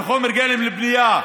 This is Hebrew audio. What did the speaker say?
בחומר גלם לבנייה,